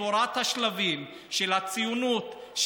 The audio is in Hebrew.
בתורת השלבים של הציונות,